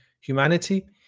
humanity